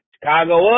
Chicago